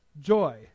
joy